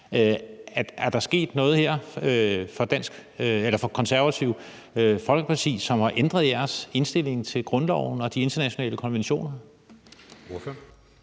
Er der sket noget her for Det Konservative Folkeparti, som har ændret jeres indstilling til grundloven og de internationale konventioner?